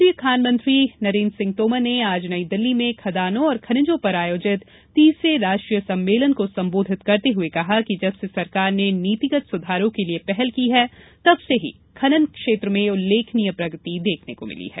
केन्द्रीय खान मंत्री नरेन्द्र सिंह तोमर ने आज नई दिल्ली में खदानों और खनिजों पर आयोजित तीसरे राष्ट्रीय सम्मेलन को संबोधित करते हुये कहा कि जब से सरकार ने नीतिगत सुधारों के लिये पहल की है तब से ही खनन क्षेत्र में उल्लेखनीय प्रगति देखने को मिली है